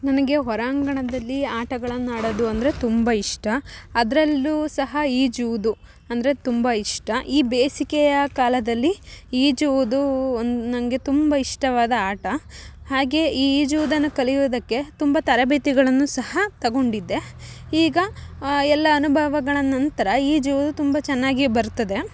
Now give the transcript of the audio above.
ನನಗೆ ಹೊರಾಂಗಣದಲ್ಲಿ ಆಟಗಳನ್ನು ಆಡೋದು ಅಂದರೆ ತುಂಬ ಇಷ್ಟ ಅದರಲ್ಲು ಸಹ ಈಜುವುದು ಅಂದರೆ ತುಂಬ ಇಷ್ಟ ಈ ಬೇಸಿಗೆಯ ಕಾಲದಲ್ಲಿ ಈಜುವುದೂ ಒನ್ ನಂಗೆ ತುಂಬ ಇಷ್ಟವಾದ ಆಟ ಹಾಗೆ ಈಜುವುದನ್ನು ಕಲಿಯೋದಕ್ಕೆ ತುಂಬ ತರಬೇತಿಗಳನ್ನು ಸಹ ತೊಗೊಂಡಿದ್ದೆ ಈಗ ಎಲ್ಲ ಅನುಭವಗಳ ನಂತರ ಈಜುವುದು ತುಂಬ ಚೆನ್ನಾಗಿಯೇ ಬರುತ್ತದೆ